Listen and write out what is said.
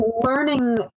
learning